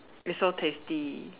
it's so tasty